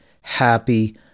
happy